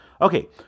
Okay